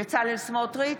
בצלאל סמוטריץ'